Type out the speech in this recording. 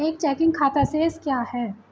एक चेकिंग खाता शेष क्या है?